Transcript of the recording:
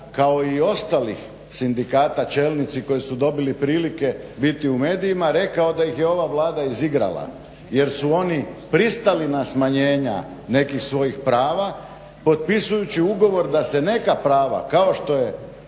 kao i ostalih sindikata čelnici koji su dobili prilike biti u medijima rekao da ih je ova Vlada izigrala. Jer su oni pristali na smanjenja nekih svojih prava potpisujući ugovor da se neka prava kao što je